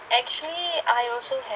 actually I also have